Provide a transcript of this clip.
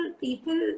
people